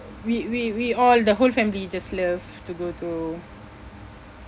we we we all the whole family just love to go to